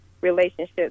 relationships